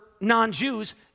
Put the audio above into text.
non-Jews